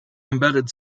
embedded